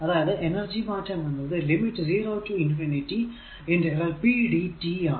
അതായതു എനർജി മാറ്റം എന്നത് ലിമിറ്റ് 0 റ്റു ഇൻഫിനിറ്റി pdt ആണ്